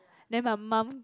then my mum